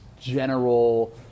general